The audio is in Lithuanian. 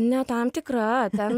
ne tam tikra ten